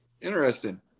Interesting